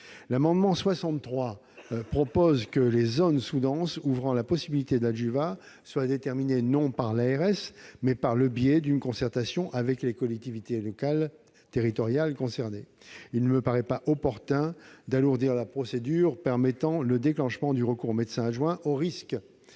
tend à ce que les zones sous-denses susceptibles de bénéficier de l'adjuvat soient déterminées non par l'ARS, mais par le biais d'une concertation avec les collectivités territoriales concernées. Il ne me paraît pas opportun d'alourdir la procédure permettant le déclenchement du recours au médecin adjoint, au risque